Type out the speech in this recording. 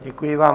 Děkuji vám.